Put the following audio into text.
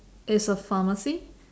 is a pharmacy